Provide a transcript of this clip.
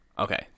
Okay